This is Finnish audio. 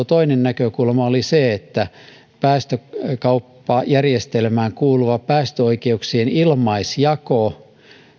toinen näkökulma oli se että päästökauppajärjestelmään kuuluva päästöoikeuksien ilmaisjako